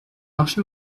marché